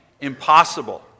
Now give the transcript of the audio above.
impossible